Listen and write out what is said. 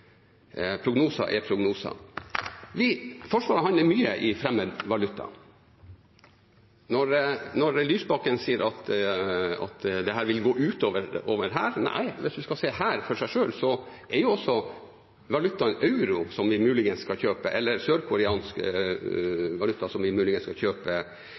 Prognoser er prognoser. Forsvaret handler mye i fremmed valuta. Lysbakken sier at dette vil gå ut over Hæren. Nei, hvis vi ser Hæren for seg selv, så er det også en utfordring med en svak krone i forhold til sørkoreansk valuta, som vi muligens skal kjøpe